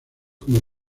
como